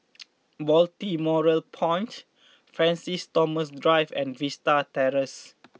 Balmoral Point Francis Thomas Drive and Vista Terrace